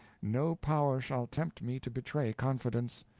no power shall tempt me to betray confidence.